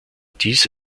dies